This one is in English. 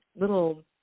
little